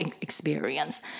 experience